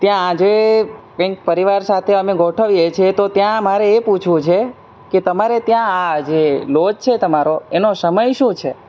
ત્યાં આજે પરિવાર સાથે અમે ગોઠવીએ છીએ તો ત્યાં મારે એ પૂછવું છે કે તમારે ત્યાં આ જે લોજ છે તમારો એનો સમય શું છે